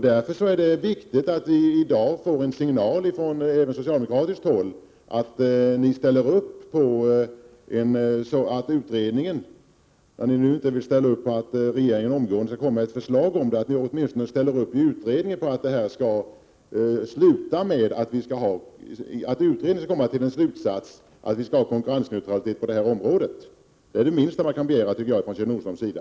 Därför är det viktigt att vi i dag får en signal från socialdemokratiskt håll att ni, när ni nu inte vill ställa upp på att regeringen omgående skall lägga fram ett förslag, åtminstone ger besked om att utredningen bör komma till en slutsats att vi skall ha konkurrensneutralitet på detta område. Det är det minsta man kan begära från Kjell Nordströms sida.